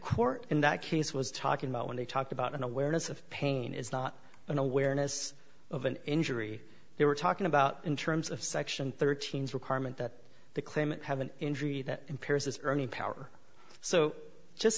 court in that case was talking about when they talked about an awareness of pain is not an awareness of an injury they were talking about in terms of section thirteen requirement that the claimant have an injury that impairs this earning power so just